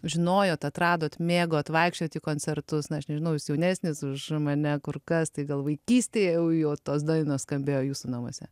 žinojot atradot mėgot vaikščiojot į koncertus na aš nežinau jūs jaunesnis už mane kur kas tai gal vaikystėje jau tos dainos skambėjo jūsų namuose